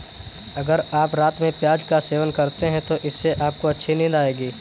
अगर आप रात में प्याज का सेवन करते हैं तो इससे आपको अच्छी नींद आएगी